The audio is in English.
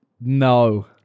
No